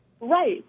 Right